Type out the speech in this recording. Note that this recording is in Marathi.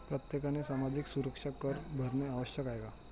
प्रत्येकाने सामाजिक सुरक्षा कर भरणे आवश्यक आहे का?